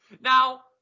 Now